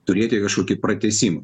turėti kažkokį pratęsimą